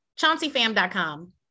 Chaunceyfam.com